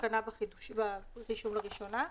ההתקנה ברישום לראשונה.